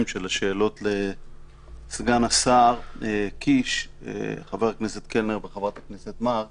של השאלות לסגן השר קיש חבר הכנסת קלנר וחברת הכנסת מארק